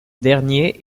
dernier